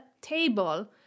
table